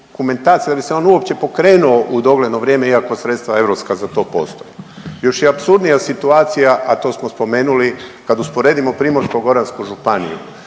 da bi se on uopće pokrenuo u dogledno vrijeme iako sredstva europska za to postoje. Još je apsurdnija situacija, a to smo spomenuli kad usporedimo Primorsko-goransku županiju,